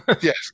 yes